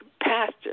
pastor